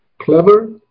Clever